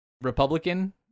Republican